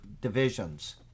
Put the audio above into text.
divisions